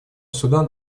судан